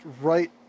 right